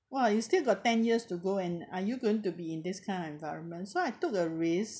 !wah! you still got ten years to go and are you going to be in this kind of environment so I took the risk